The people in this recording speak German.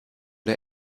der